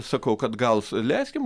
sakau kad gal suleiskim